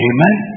Amen